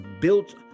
built